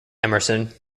emerson